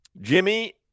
Jimmy